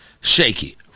shaky